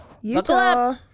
Utah